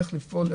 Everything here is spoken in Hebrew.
איך לפעול,